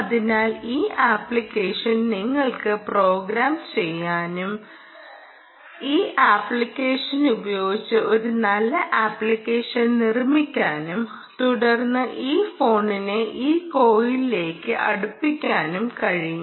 അതിനാൽ ഈ ആപ്ലിക്കേഷൻ നിങ്ങൾക്ക് പ്രോഗ്രാം ചെയ്യാനും ഈ ആപ്ലിക്കേഷൻ ഉപയോഗിച്ച് ഒരു നല്ല ആപ്ലിക്കേഷൻ നിർമ്മിക്കാനും തുടർന്ന് ഈ ഫോണിനെ ഈ കോയിലിലേക്ക് അടുപ്പിക്കാനും കഴിയും